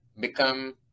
become